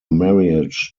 marriage